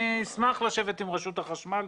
אני אשמח לשבת עם רשות החשמל.